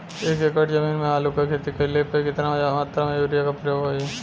एक एकड़ जमीन में आलू क खेती कइला पर कितना मात्रा में यूरिया क प्रयोग होई?